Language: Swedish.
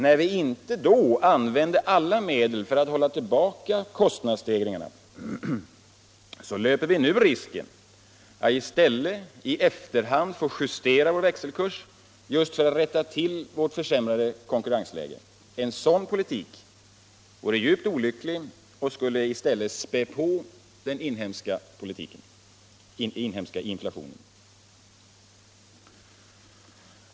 När vi inte då använde alla medel för att hålla tillbaka kostnadsstegringarna, löper vi nu risken att i stället i efterhand få justera vår växelkurs just för att rätta till vårt försämrade konkurrensläge. En sådan politik vore djupt olycklig och skulle späda på den inhemska inflationen.